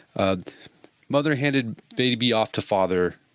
ah mother handed baby off to father.